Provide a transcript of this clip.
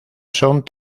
son